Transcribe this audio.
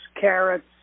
carrots